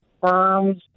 firm's